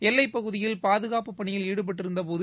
எல்லைப் பகுதியில் பாதுகாப்புப் பணியில் ஈடுபட்டிருந்தபோது